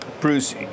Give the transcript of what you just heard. Bruce